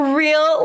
real